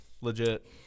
Legit